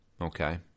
Okay